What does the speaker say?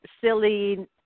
silly